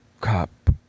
Cop